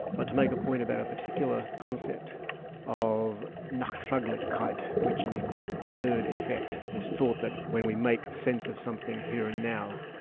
but to make a point about a particular concept of nachtraglichkeit, which means deferred effect. it's thought that when we make sense of something here and now,